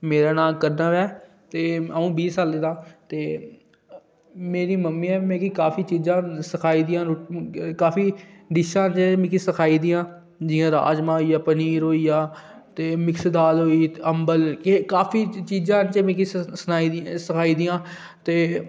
मेरा नांऽ करदब ऐ ते अं'ऊ बीह् सालें दा ते मेरी मम्मी नै मिगी काफी चीज़ां सखाई दियां न काफी डिशां ते मिगी सखाई दियां जियां राजमां होई गेआ पनीर होई गेआ मिक्स दाल होई अंबल ते काफी चीज़ां जेह्कियां मिगी सखाई दियां ते